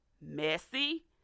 Messy